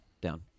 down